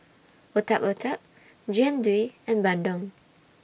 Otak Otak Jian Dui and Bandung